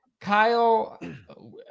Kyle